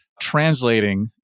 Translating